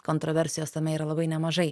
kontroversijos tame yra labai nemažai